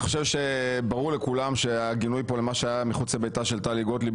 אני חושב שברור לכולם שהגינוי למה שהיה מחוץ לביתה של טלי גוטליב